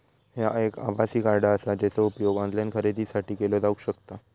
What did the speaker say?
ह्या एक आभासी कार्ड आसा, जेचो उपयोग ऑनलाईन खरेदीसाठी केलो जावक शकता